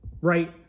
right